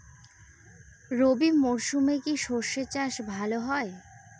রবি মরশুমে কি সর্ষে চাষ ভালো হয়?